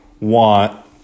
want